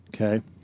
okay